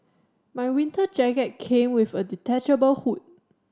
my winter jacket came with a detachable hood